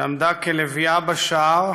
שעמדה כלביאה בשער